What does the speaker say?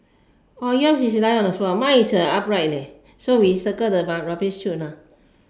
oh yours is lying on the floor ah mine is uh upright leh so we circle the rubbish chute lah